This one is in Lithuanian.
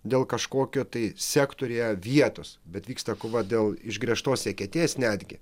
dėl kažkokio tai sektoriuje vietos bet vyksta kova dėl išgręžtos eketės netgi